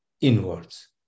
inwards